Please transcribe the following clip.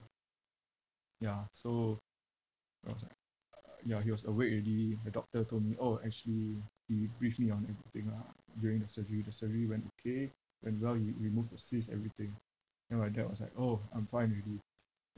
ya so he was like uh ya he was awake already the doctor told me orh actually he briefed me on everything ah during the surgery the surgery went okay went well he removed the cyst everything then my dad was like orh I'm fine already